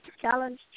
challenge